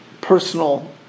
personal